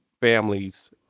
families